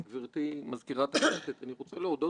כמה השקעה,